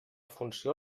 funció